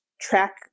track